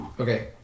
okay